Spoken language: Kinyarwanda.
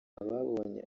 ababonye